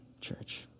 church